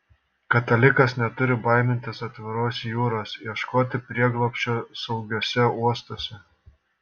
katalikas neturi baimintis atviros jūros ieškoti prieglobsčio saugiuose uostuose